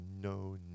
no